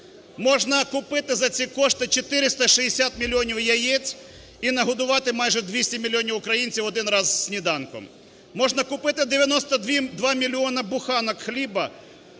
Можна купити за ці кошти 460 мільйонів яєць і нагодувати майже 200 мільйонів українців один раз сніданком. Можна купити 92 мільйона буханок хліба